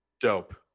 Dope